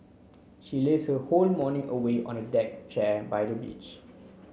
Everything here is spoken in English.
she laze her whole morning away on a deck chair by the beach